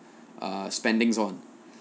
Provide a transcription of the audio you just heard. uh spending on